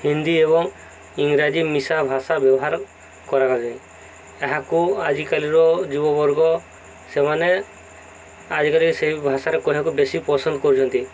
ହିନ୍ଦୀ ଏବଂ ଇଂରାଜୀ ମିଶା ଭାଷା ବ୍ୟବହାର କରାଯାଏ ଏହାକୁ ଆଜିକାଲିର ଯୁବବର୍ଗ ସେମାନେ ଆଜିକାଲି ସେହି ଭାଷାରେ କହିବାକୁ ବେଶୀ ପସନ୍ଦ କରୁଛନ୍ତି